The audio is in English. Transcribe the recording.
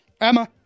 Emma